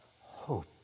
hope